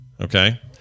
Okay